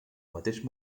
mateix